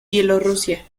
bielorrusia